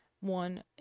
one